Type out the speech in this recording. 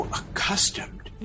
accustomed